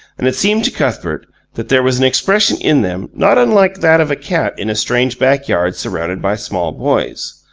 and it seemed to cuthbert that there was an expression in them not unlike that of a cat in a strange backyard surrounded by small boys.